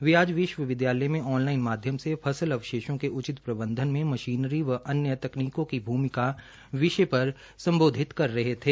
वे आज विश्वविद्यालय में ऑनलाइन माध्यम से फसल अवशेषों के उचित प्रबंधन में मशीनरी व अन्य तकनीकों की भूमिका विषय पर संबोधित कर रहे थे